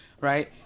right